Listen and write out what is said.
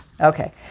Okay